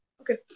Okay